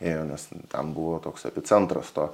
ėjo nes ten buvo toks epicentras to